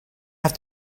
have